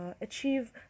achieve